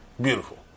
Beautiful